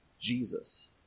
Jesus